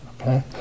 Okay